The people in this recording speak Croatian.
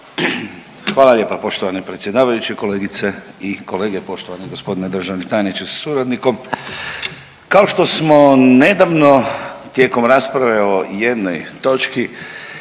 Hvala lijepa poštovani predsjedavajući, kolegice i kolege, poštovani g. državni tajniče sa suradnikom. Kao što smo nedavno tijekom rasprave o jednoj točki